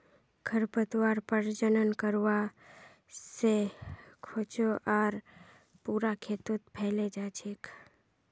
खरपतवार प्रजनन करवा स ख छ आर पूरा खेतत फैले जा छेक